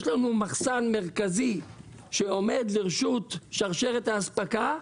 יש לנו מחסן מרכזי שעומד לרשות שרשרת האספקה.